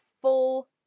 full